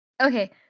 Okay